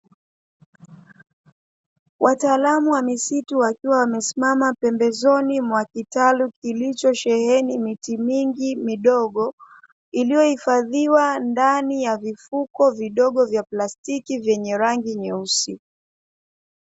Wataalamu wa misitu wakiwa wamesimama pembezoni mwa kitalu kilichosheheni miti mingi midogo, iliyohifadhiwa ndani ya vifuko vidogo vya plastiki vyenye rangi nyeusi.